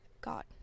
God